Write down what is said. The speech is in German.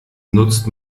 nutzt